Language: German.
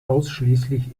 ausschließlich